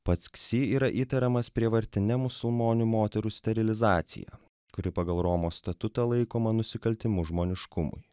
pats ksi yra įtariamas prievartine musulmonių moterų sterilizacija kuri pagal romos statutą laikoma nusikaltimu žmoniškumui